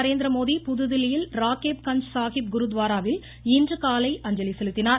நரேந்திரமோடி புதுதில்லியில் ராக்கேப் கஞ்ச் சாஹிப் குருத்வாராவில் இன்றுகாலை அஞ்சலி செலுத்தினார்